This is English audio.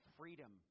freedom